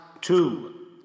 two